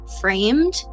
framed